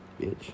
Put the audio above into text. bitch